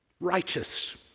righteous